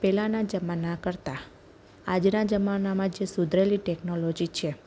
પહેલાંના જમાના કરતાં આજના જમાનામાં જે સુધરેલી જે ટેકનોલોજી છે